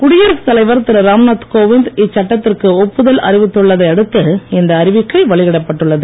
குடியரசு தலைவர் திரு ராம்நாத் கோவிந்த் இச்சட்டத்திற்கு ஒப்புதல் அறிவித்துள்ளதை அடுத்து இந்த அறிவிக்கை வெளியிடப்பட்டுள்ளது